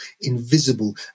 invisible